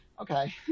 okay